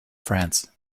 france